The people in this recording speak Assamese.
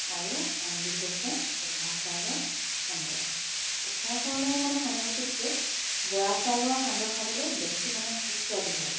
আৰু আনবিধ হৈছে উখোৱা চাউলৰ সান্দহ উখোৱা চাউলৰ মানে সান্দহটোতকৈ বৰা চাউলৰ সান্দহ খাববৈ বেছি মানে সুস্বাদু হয়